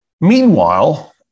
Meanwhile